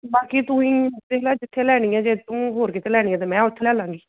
ਬਾਕੀ ਤੂੰ ਹੀ ਦੇਖ ਲੈ ਜਿੱਥੇ ਲੈਣੀ ਏ ਜੇ ਤੂੰ ਹੋਰ ਕਿਤੇ ਲੈਣੀ ਤਾਂ ਮੈਂ ਉੱਥੇ ਲੈ ਲਵਾਂਗੀ